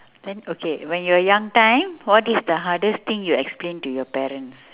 then okay when you were young time what is the hardest thing you explained to your parents